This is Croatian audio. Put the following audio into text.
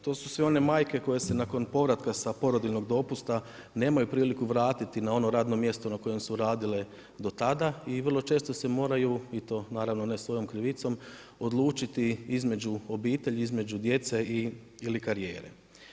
To su sve one majke koje se nakon povratka sa porodiljnog dopusta nemaju priliku vratiti na ono radno mjesto na kojem su radile do tada i vrlo često se moraju i to naravno ne svojom krivicom, odlučiti između obitelji, između djece ili karijere.